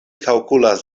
kalkulas